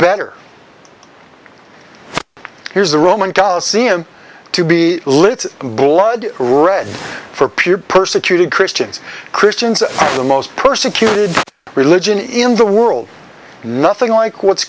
better here's the roman coliseum to be lit blood red for pure persecuted christians christians of the most persecuted religion in the world nothing like what's